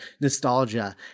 nostalgia